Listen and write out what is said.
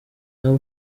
ntawe